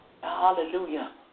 Hallelujah